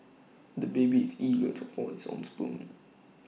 the baby is eager to hold his own spoon